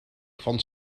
van